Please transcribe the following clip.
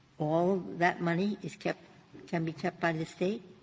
all that money is kept can be kept by the state?